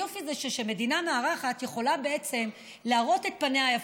היופי זה שמדינה מארחת יכולה להראות את פניה היפים.